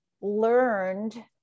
learned